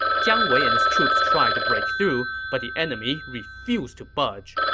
jiang wei and his troops tried to break through, but the enemy refused to budge.